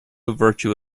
virtue